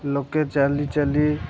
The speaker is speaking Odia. ଲୋକେ ଚାଲି ଚାଲି